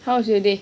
how's your day